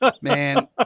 Man